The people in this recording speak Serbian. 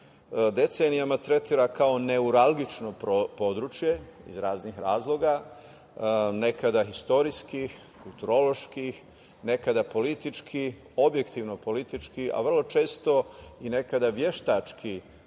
decenijama tretira kao neuralgično područje iz raznih razloga, nekada istorijskih, kulturoloških, nekada politički, objektivno politički, a vrlo često i nekada veštački